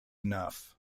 enough